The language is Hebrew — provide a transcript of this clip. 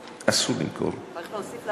אסור למכור, צריך להוסיף למלאי.